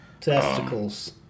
Testicles